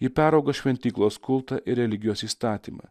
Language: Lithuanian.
ji perauga šventyklos kultą ir religijos įstatymą